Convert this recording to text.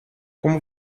como